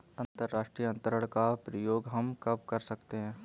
अंतर्राष्ट्रीय अंतरण का प्रयोग हम कब कर सकते हैं?